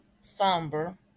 somber